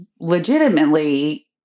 legitimately